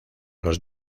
los